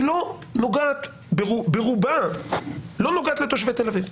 היא ברובה לא נוגעת לתושבי תל אביב.